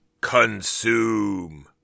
Consume